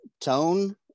tone